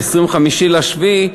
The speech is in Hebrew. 25 ביולי,